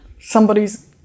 somebody's